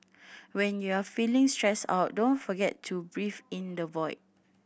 when you are feeling stressed out don't forget to breathe in the void